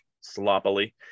sloppily